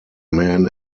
men